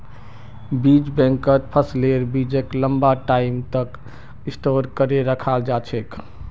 बीज बैंकत फसलेर बीजक लंबा टाइम तक स्टोर करे रखाल जा छेक